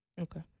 Okay